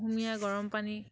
কুহুমীয়া গৰম পানী